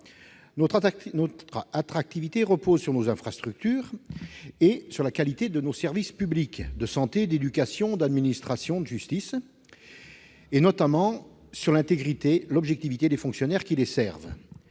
notre pays repose sur nos infrastructures et sur la qualité de nos services publics de santé, d'éducation, d'administration, de justice, notamment sur l'intégrité et l'objectivité des fonctionnaires qui les servent.